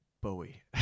Bowie